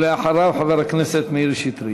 ואחריו, חבר הכנסת מאיר שטרית.